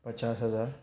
پچاس ہزار